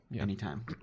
anytime